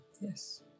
Yes